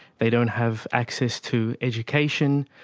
they don't have access to education,